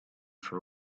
for